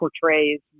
portrays